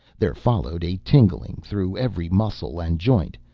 there followed a tingling through every muscle and joint,